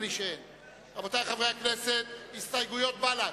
חברי הכנסת ג'מאל זחאלקה,